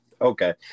okay